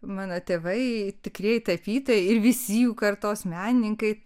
mano tėvai tikrieji tapytojai ir visi jų kartos menininkai